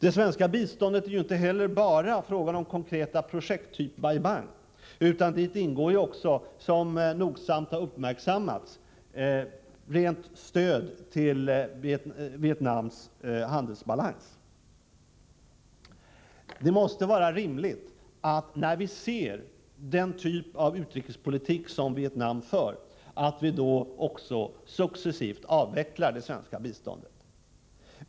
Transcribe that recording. Det svenska biståndet är inte heller bara fråga om konkreta projekt, typ Bai Bang, utan här ingår också, som nogsamt har uppmärksammats, rent stöd till Vietnams handelsbalans. Det måste vara rimligt, när viser den typ av utrikespolitik som Vietnam för, att vi också successivt avvecklar det svenska biståndet.